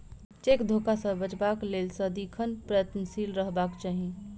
cheque धोखा सॅ बचबाक लेल सदिखन प्रयत्नशील रहबाक चाही